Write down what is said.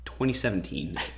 2017